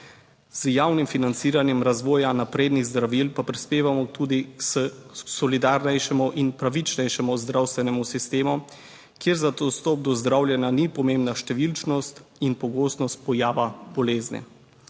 z javnim financiranjem razvoja naprednih zdravil pa prispevamo tudi k solidarnejšemu in pravičnejšemu zdravstvenemu sistemu, kjer za dostop do zdravljenja ni pomembna številčnost in pogostnost pojava bolezni.